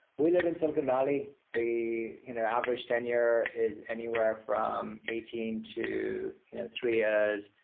we live in silicon valley. the you know average tenure is anywhere from eighteen to you know three years,